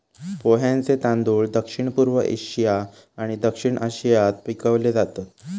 पोह्यांचे तांदूळ दक्षिणपूर्व आशिया आणि दक्षिण आशियात पिकवले जातत